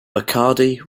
bacardi